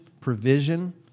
provision